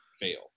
fail